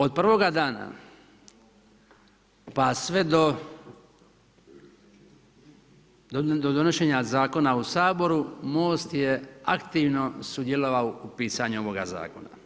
Od prvoga dana, pa sve do donošenja zakona u Saboru, Mosta je aktivno sudjelovao u pisanju ovoga zakona.